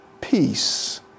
peace